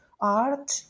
art